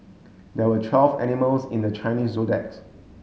there are twelve animals in the Chinese Zodiacs